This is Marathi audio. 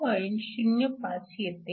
05 येते